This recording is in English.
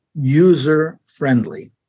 user-friendly